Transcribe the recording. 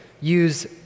use